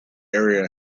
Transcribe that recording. area